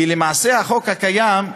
כי למעשה, החוק הקיים,